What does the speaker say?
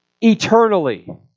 eternally